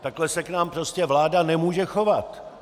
Takhle se k nám prostě vláda nemůže chovat.